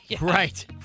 Right